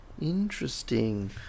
Interesting